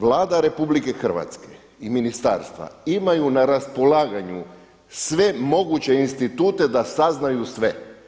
Vlada RH i ministarstva imaju na raspolaganju sve moguće institute da saznaju sve.